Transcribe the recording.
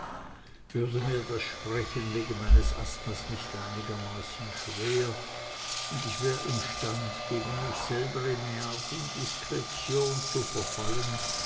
würde mir das sprechen wegen meines asthmas nicht einigermaßen schwer ich wär imstande gegen mich selber in eine art indiskretion zu verfallen